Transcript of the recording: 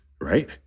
right